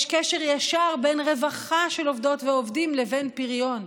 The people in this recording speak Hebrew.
יש קשר ישר בין רווחה של עובדות ועובדים לבין פריון.